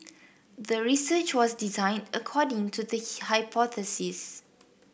the research was designed according to the hypothesis